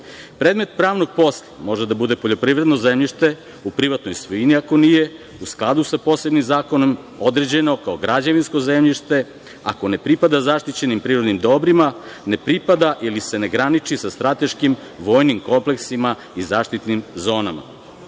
pravnog posla može da bude poljoprivredno zemljište u privatnoj svojini, ako nije u skladu sa poslednjim zakonom određeno, kao građevinsko zemljište, ako ne pripada zaštićenim prirodnim dobrima, ne pripada ili se ne graniči sa strateškim vojnim kompleksima i zaštitnim